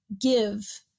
give